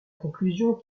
conclusion